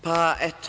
Pa, eto.